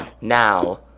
Now